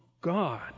God